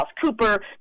Cooper